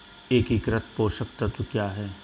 एकीकृत पोषक तत्व क्या है?